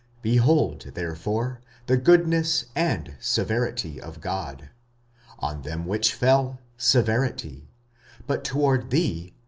behold therefore the goodness and severity of god on them which fell, severity but toward thee,